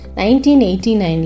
1989